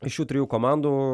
iš šių trijų komandų